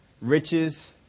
Riches